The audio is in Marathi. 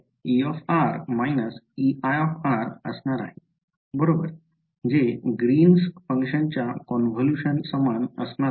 तर E - Ei असणार आहे बरोबर जे ग्रीन्स फंक्शनच्या कॉनव्होल्यूशन सामान असणार आहे